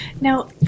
Now